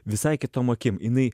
visai kitom akim jinai